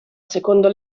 secondo